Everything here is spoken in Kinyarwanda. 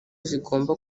zigomba